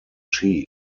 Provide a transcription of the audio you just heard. chief